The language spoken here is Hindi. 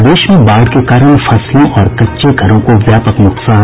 प्रदेश में बाढ़ के कारण फसलों और कच्चे घरों को व्यापक नुकसान